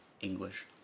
English